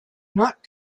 not